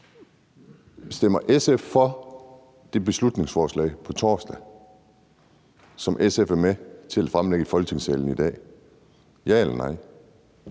torsdag for det beslutningsforslag, som SF er med til at fremlægge i Folketingssalen i dag – ja eller nej?